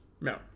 no